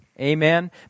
Amen